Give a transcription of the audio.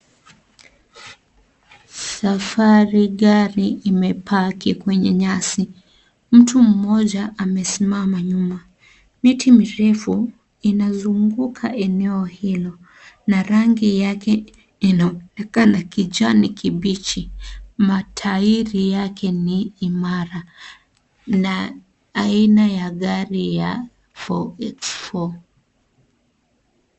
Safari gari imepaki kwenye nyasi. Mtu mmoja amesimama nyuma. Miti mirefu inazunguka eneo hilo na rangi yake inaonekana kijani kibichi. Matairi yake ni imara na aina ya gari ya 4X4.